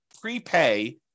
prepay